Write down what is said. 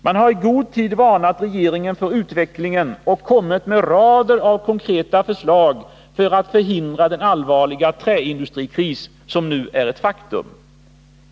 Man har i god tid varnat regeringen för utvecklingen och kommit med rader av konkreta förslag för att förhindra den allvarliga träindustrikris som nu är ett faktum.